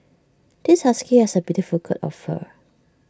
this husky has A beautiful coat of fur